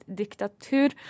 diktatur